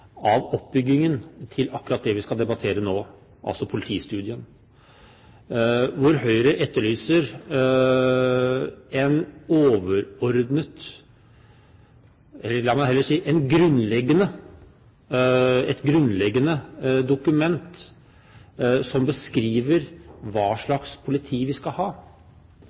av oppbyggingen til akkurat det vi skal debattere nå, politistudien. Her etterlyser Høyre et grunnleggende dokument som beskriver hva slags politi vi skal ha,